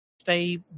stay